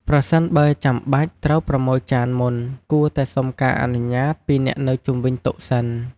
ប្រសិនបើចាំបាច់ត្រូវប្រមូលចានមុន គួរតែសុំការអនុញ្ញាតពីអ្នកនៅជុំវិញតុសិន ។